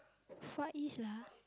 Far-East lah